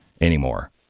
anymore